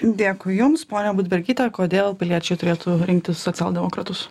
dėkui jums ponia budbergyte kodėl piliečiai turėtų rinktis socialdemokratus